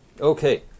Okay